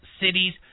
cities